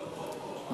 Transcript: לא, הוא פה, הוא פה.